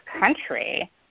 country